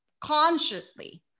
consciously